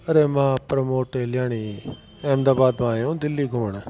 अरे मां प्रमोद टहलियाणी अहमदाबाद मां आहियो दिल्ली घुमणु